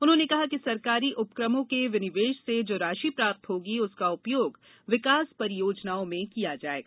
उन्होंने कहा कि सरकारी उपक्रमों विनिवेश से जो राशि प्राप्त होगी उसका उपयोग विकास परियोजनाओं में किया जायेगा